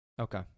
Okay